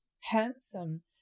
handsome